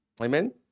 Amen